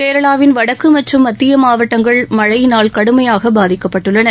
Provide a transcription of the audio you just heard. கேரளாவின் வடக்கு மற்றும் மத்திய மாவட்டங்கள் மழையினால் கடுமையாக பாதிக்கப்பட்டுள்ளன